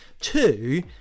Two